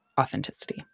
authenticity